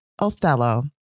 Othello